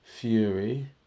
Fury